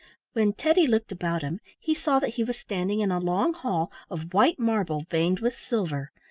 when teddy looked about him he saw that he was standing in a long hall of white marble veined with silver.